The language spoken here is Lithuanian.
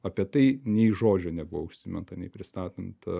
apie tai nei žodžio nebuvo užsiminta nei pristatant